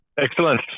Excellent